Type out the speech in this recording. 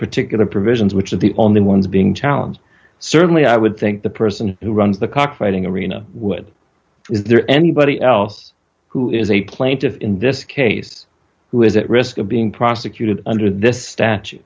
particular provisions which is the only ones being challenged certainly i would think the person who runs the cockfighting arena would is there anybody else who is a plaintiff in this case who is at risk of being prosecuted under this statu